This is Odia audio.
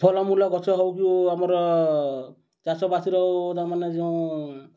ଫଲ୍ମୂଲ୍ ଗଛ୍ ହଉ କି ଆମର୍ ଚାଷବାସର ତା'ର୍ମାନେ ଯେଉଁ